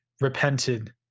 repented